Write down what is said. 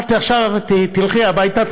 עכשיו תלכי הביתה,